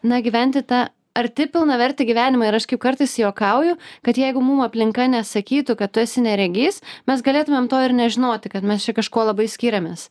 na gyventi tą arti pilnavertį gyvenimą ir aš kaip kartais juokauju kad jeigu mum aplinka nesakytų kad tu esi neregys mes galėtumėm to ir nežinoti kad mes čia kažkuo labai skiriamės